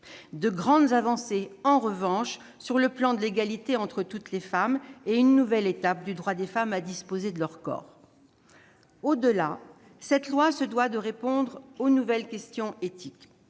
de grandes avancées sur le plan de l'égalité entre toutes les femmes et constitue une nouvelle étape du droit des femmes à disposer de leur corps. Au-delà, ce texte de loi se doit de répondre aux nouvelles questions éthiques.